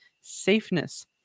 safeness